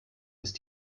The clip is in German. ist